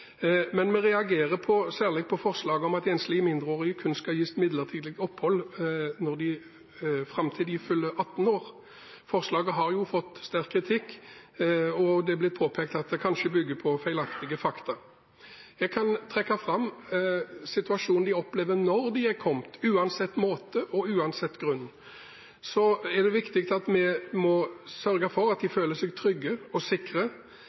Men vi reagerer særlig på forslaget om at enslige mindreårige kun skal gis midlertidig opphold fram til de fyller 18 år. Forslaget har fått sterk kritikk, og det er blitt påpekt at det kanskje bygger på feilaktig faktagrunnlag. Jeg kan trekke fram situasjonen de opplever når de har kommet, uansett måte og uansett grunn. Det er viktig at vi sørger for at de føler seg trygge og sikre.